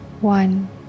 one